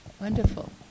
Wonderful